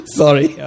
sorry